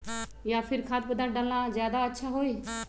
या फिर खाद्य पदार्थ डालना ज्यादा अच्छा होई?